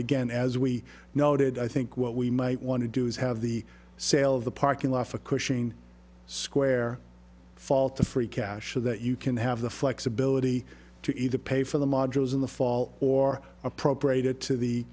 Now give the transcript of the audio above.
again as we noted i think what we might want to do is have the sale of the parking lot for cushing square fall to free cash so that you can have the flexibility to either pay for the modules in the fall or appropriated to the